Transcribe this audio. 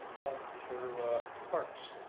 month for parks.